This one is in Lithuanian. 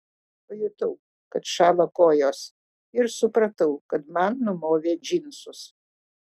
pajutau kad šąla kojos ir supratau kad man numovė džinsus